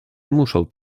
muszą